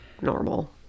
normal